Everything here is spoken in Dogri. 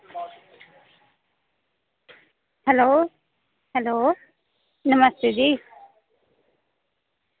हैलो हैलो नमस्ते जी